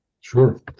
sure